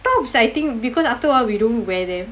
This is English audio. tops I think because after awhile we don't wear them